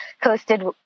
coasted